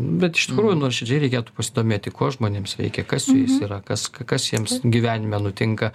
bet iš tikrųjų nuoširdžiai reikėtų pasidomėti ko žmonėms reikia kas su jais yra kas kas jiems gyvenime nutinka